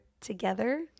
together